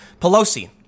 Pelosi